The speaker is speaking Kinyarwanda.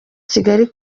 kigali